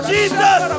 Jesus